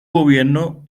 gobierno